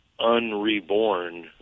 unreborn